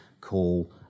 call